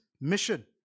mission